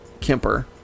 kemper